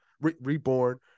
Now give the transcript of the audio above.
reborn